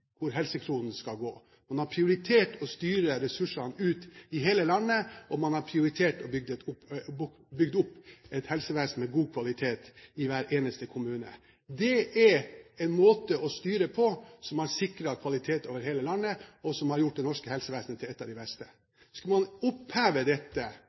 hvor helsekronene skal gå. Man har prioritert å styre ressursene ut til hele landet, og man har prioritert å bygge opp et helsevesen med god kvalitet i hver eneste kommune. Det er en måte å styre på som har sikret kvalitet i hele landet, og som har gjort det norske helsevesenet til et av de beste. Skulle man oppheve dette